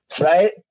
right